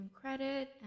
credit